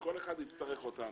וכל אחד יצטרך אותנו.